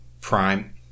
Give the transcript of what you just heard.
prime